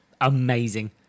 amazing